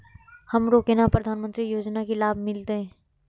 हमरो केना प्रधानमंत्री योजना की लाभ मिलते?